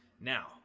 now